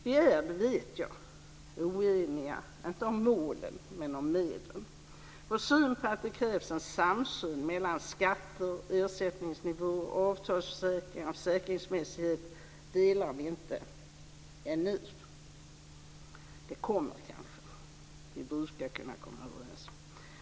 Vi är - det vet jag - oeniga inte om målen men om medlen. Vår syn på att det krävs en samsyn mellan skatter, ersättningsnivåer, avtalsförsäkringar och försäkringsmässighet delar vi inte - ännu. Det kommer kanske; vi brukar kunna komma överens.